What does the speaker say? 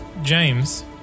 James